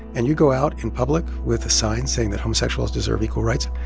and you go out in public with a sign saying that homosexuals deserve equal rights.